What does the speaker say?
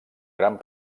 gran